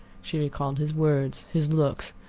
she recalled his words, his looks.